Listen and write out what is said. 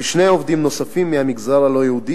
ושני עובדים נוספים מהמגזר הלא-יהודי